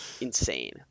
Insane